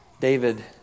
David